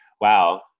Wow